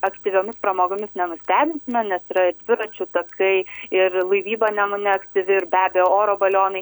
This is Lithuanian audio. aktyviomis pramogomis nenustebinsime nes yra ir dviračių takai ir laivyba nemune aktyvi ir be abejo oro balionai